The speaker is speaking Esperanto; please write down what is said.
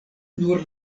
nur